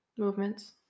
Movements